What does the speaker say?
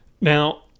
Now